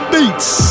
Beats